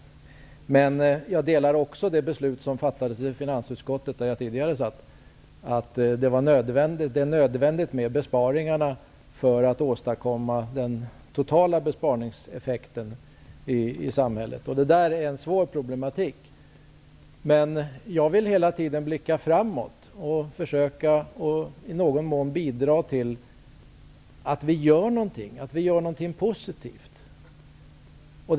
Jag delar också den uppfattning som kommer till uttryck i det beslut som fattats i finansutskottet, där jag tidigare satt med, nämligen att det är nödvändigt med besparingar för att åstadkomma den totala besparingseffekten i samhället. Det här är en svår problematik. Jag vill hela tiden blicka framåt och försöka att i någon mån bidra till att vi gör någonting positivt.